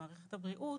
למערכת הבריאות,